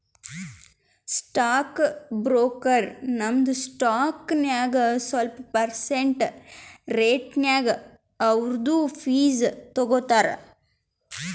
stock broker ನಿಮ್ದು stock ನಾಗ್ ಸ್ವಲ್ಪ ಪರ್ಸೆಂಟ್ ರೇಟ್ನಾಗ್ ಅವ್ರದು ಫೀಸ್ ತಗೋತಾರ